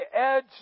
edge